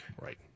Right